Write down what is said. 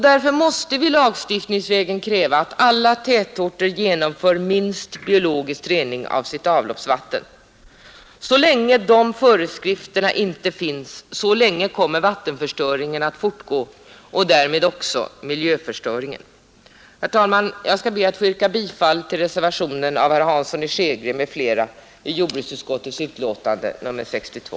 Därför måste vi lagstiftningsvägen kräva att alla tätorter genomför minst biologisk rening av sitt avloppsvatten. Så länge inte de föreskrifterna finns, så länge kommer vattenförstöringen att fortgå och därmed också miljöförstöringen. Herr talman! Jag skall be att få yrka bifall till reservationen av herr Hansson i Skegrie m.fl. i jordbruksutskottets betänkande nr 62.